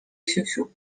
siusiu